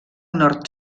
nord